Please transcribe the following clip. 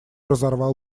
разорвал